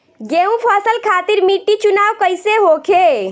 गेंहू फसल खातिर मिट्टी चुनाव कईसे होखे?